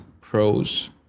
pros